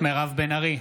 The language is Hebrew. מירב בן ארי,